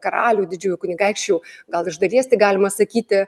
karalių didžiųjų kunigaikščių gal iš dalies tik galima sakyti